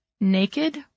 naked